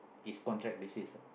is contract basis ah